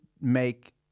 make